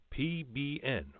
PBN